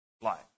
life